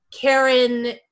Karen